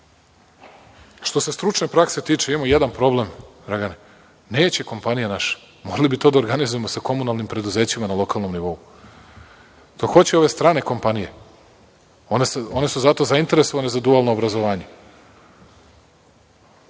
se stručne prakse tiče, imamo jedan problem, Dragane. Neće kompanije naše, morali bi to da organizujemo sa komunalnim preduzećima na lokalnom nivou. To hoće ove strane kompanije. One su zato zainteresovane za dualno obrazovanje. Meni